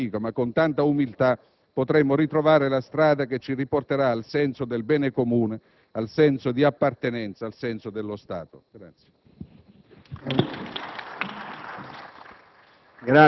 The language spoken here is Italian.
Così facendo, forse con grande fatica ma con tanta umiltà, potremmo ritrovare la strada che ci riporterà al senso del bene comune, al senso di appartenenza, al senso dello Stato.